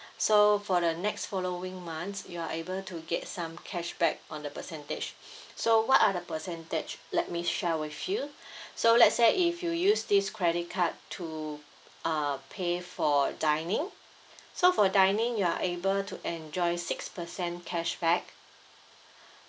so for the next following months you are able to get some cashback on the percentage so what are the percentage let me share with you so let's say if you use this credit card to uh pay for dining so for dining you are able to enjoy six percent cashback